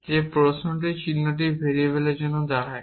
যে প্রশ্ন চিহ্নটি ভেরিয়েবলের জন্য দাঁড়িয়েছে